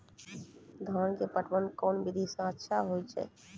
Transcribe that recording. धान के पटवन कोन विधि सै अच्छा होय छै?